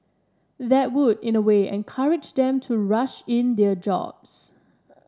that would in a way encourage them to rush in their jobs